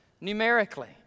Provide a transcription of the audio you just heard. numerically